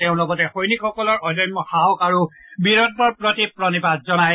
তেওঁ লগতে সৈনিকসকলৰ অদম্য সাহস আৰু বীৰতুৰ প্ৰতি প্ৰণিপাত জনায়